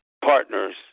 partners